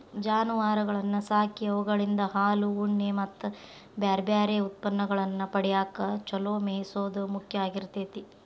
ಜಾನುವಾರಗಳನ್ನ ಸಾಕಿ ಅವುಗಳಿಂದ ಹಾಲು, ಉಣ್ಣೆ ಮತ್ತ್ ಬ್ಯಾರ್ಬ್ಯಾರೇ ಉತ್ಪನ್ನಗಳನ್ನ ಪಡ್ಯಾಕ ಚೊಲೋ ಮೇಯಿಸೋದು ಮುಖ್ಯ ಆಗಿರ್ತೇತಿ